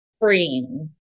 freeing